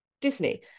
Disney